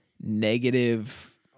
negative